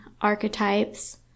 archetypes